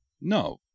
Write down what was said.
No